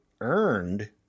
earned